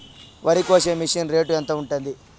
వరికోసే machine rate ఎంత ఉంటుంది?